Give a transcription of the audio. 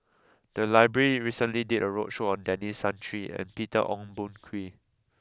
the library recently did a roadshow on Denis Santry and Peter Ong Boon Kwee